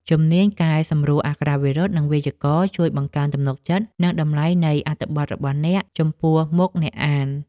ជំនាញកែសម្រួលអក្ខរាវិរុទ្ធ និងវេយ្យាករណ៍ ជួយបង្កើនទំនុកចិត្ត និងតម្លៃនៃអត្ថបទរបស់អ្នកចំពោះមុខអ្នកអាន។